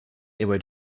iwo